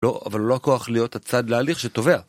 לא, אבל הוא לא הכוח להיות הצד להליך שטובע.